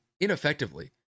ineffectively